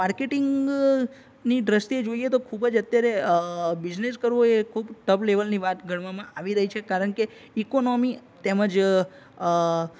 marketing ની દૃષ્ટિએ જોઈએ તો ખૂબ જ અત્યારે બિઝનેસ કરવો એ ખૂબ ટફ લેવલની વાત ગણવામાં આવી રહી છે કારણકે ઈકોનોમી તેમજ